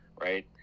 Right